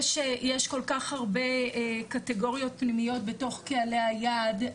יש כל כך הרבה קטגוריות פנימיות בתוך קהלי היעד,